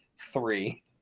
three